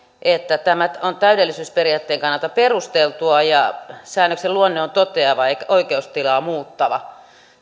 että tämä on täydellisyysperiaatteen kannalta perusteltua ja säännöksen luonne on toteava eikä oikeustilaa muuttava